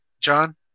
John